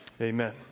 amen